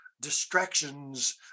distractions